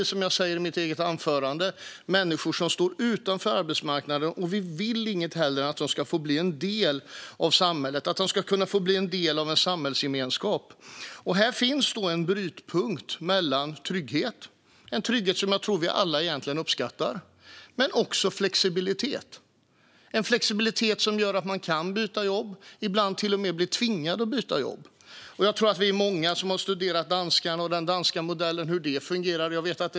Som jag sa i mitt anförande har vi människor som står utanför arbetsmarknaden, och vi vill inget hellre än att de ska bli en del av samhället och en del av en samhällsgemenskap. Här finns en brytpunkt mellan trygghet, som jag tror att vi alla uppskattar, och flexibilitet. Flexibiliteten gör att man kan byta jobb och ibland till och med blir tvingad att byta jobb. Jag tror att vi är många som har studerat danskarna och den danska modellen och hur den fungerar.